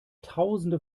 tausende